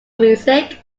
music